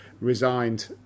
resigned